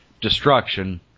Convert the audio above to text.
destruction